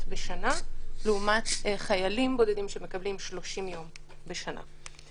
בשנה לעומת חיילים בודדים שמקבלים 30 יום בשנה.